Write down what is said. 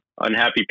unhappy